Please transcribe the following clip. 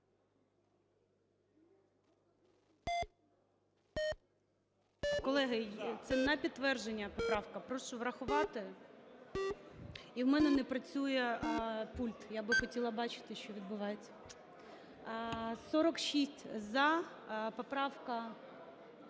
Колеги, це на підтвердження поправка, прошу врахувати. І у мене не працює пульт, я би хотіла бачити, що відбувається. 10:26:17 За-46 Поправка